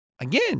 again